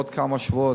בעוד כמה שבועות,